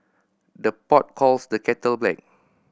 the pot calls the kettle black